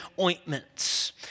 ointments